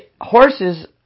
horses